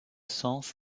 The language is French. sens